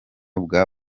bwa